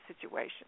situation